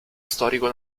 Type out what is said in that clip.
storico